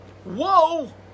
Whoa